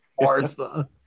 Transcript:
Martha